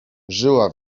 żyła